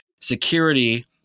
security